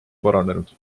paranenud